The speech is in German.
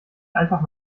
einfach